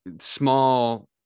small